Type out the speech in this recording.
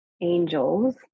angels